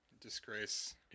Disgrace